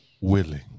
willing